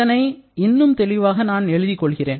இதனை இன்னும் தெளிவாக நான் எழுதிக் கொள்கிறேன்